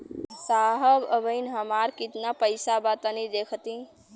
साहब अबहीं हमार कितना पइसा बा तनि देखति?